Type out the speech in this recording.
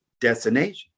destination